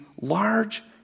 large